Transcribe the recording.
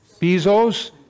Bezos